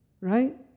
right